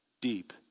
Deep